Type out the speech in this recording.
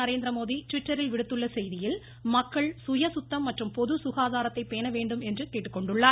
நரேந்திரமோடி ட்விட்டரில் விடுத்துள்ள செய்தியில் மக்கள் சுய சுத்தம் மற்றும் பொது சுகாதாரத்தை பேண வேண்டும் என்று தெரிவித்துள்ளார்